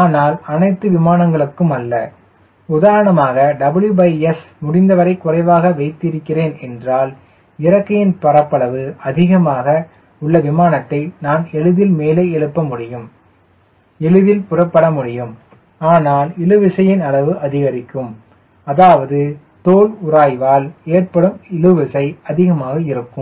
ஆனால் அனைத்து விமானங்களுக்கும் அல்ல உதாரணமாக WS ஐ முடிந்தவரை குறைவாக வைத்திருக்கிறேன் என்றால் இறக்கையின் பரப்பளவு அதிகமாக உள்ள விமானத்தை நான் எளிதில் மேலே எழுப்ப முடியும் எளிதில் புறப்பட முடியும் ஆனால் இழு விசையின் அளவு அதிகரிக்கும் அதாவது தோல் உராய்வால் ஏற்படும் இழுவிசை அதிகமாக இருக்கும்